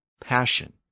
passion